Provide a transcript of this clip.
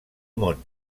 món